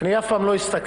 אני אף פעם לא הסתכלתי